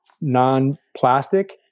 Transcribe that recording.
non-plastic